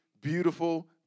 beautiful